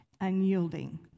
unyielding